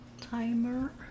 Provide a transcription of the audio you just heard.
Timer